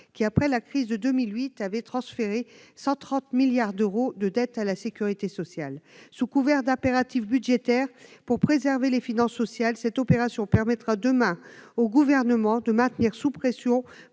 après la crise de 2008, avait transféré 130 milliards d'euros de dette à la sécurité sociale. Sous couvert d'impératif budgétaire pour préserver les finances sociales, cette opération permettra demain au Gouvernement de maintenir sous pression